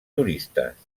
turistes